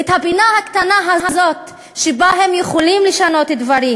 את הפינה הקטנה הזאת שבה הם יכולים לשנות דברים.